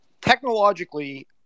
technologically